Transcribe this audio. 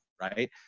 right